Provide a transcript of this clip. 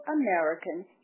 American